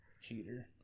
Cheater